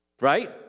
right